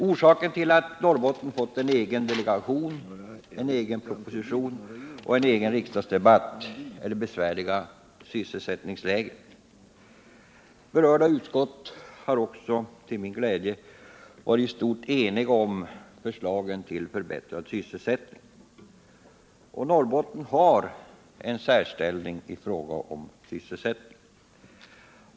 Orsaken till att Norrbotten fått en egen delegation, en egen proposition och en egen riksdagsdebatt är det besvärliga sysselsättningsläget. Berörda utskott är också till min glädje i stort eniga om förslagen till förbättrad sysselsättning. Norrbotten har en särställning i fråga om arbetslöshet.